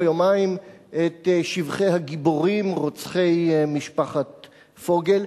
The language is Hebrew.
יומיים את שבחי "הגיבורים" רוצחי משפחת פוגל.